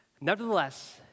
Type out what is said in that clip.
Nevertheless